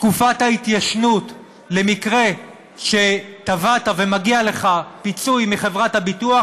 תקופת ההתיישנות למקרה שתבעת ומגיע לך פיצוי מחברת הביטוח: